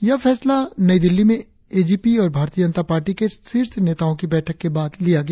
यह फैसला नई दिल्ली में एजीपी और भारतीय जनता पार्टी के शीर्ष नेताओ की बैठक के बाद लिया गया